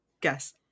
Guess